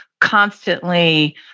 constantly